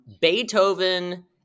Beethoven